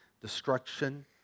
destruction